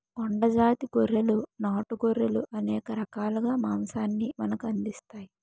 కొండ జాతి గొర్రెలు నాటు గొర్రెలు అనేక రకాలుగా మాంసాన్ని మనకు అందిస్తాయి